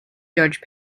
judge